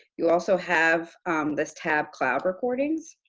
you also have this tab, cloud recordings.